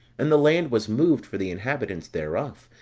and the land was moved for the inhabitants thereof,